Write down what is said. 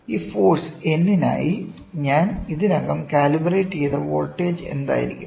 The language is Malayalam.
ഈ ഫോഴ്സ് N നായി ഞാൻ ഇതിനകം കാലിബ്രേറ്റ് ചെയ്ത വോൾട്ടേജ് എന്തായിരിക്കും